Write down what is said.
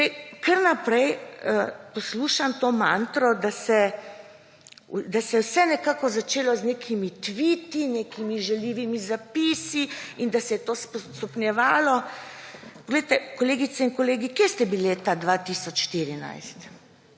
Kar naprej poslušam to mantro, da se je vse nekako začelo z nekimi tviti, nekimi žaljivimi zapisi in da se je to stopnjevalo. Kolegice in kolegi, kje ste bili leta 2014?